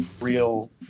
real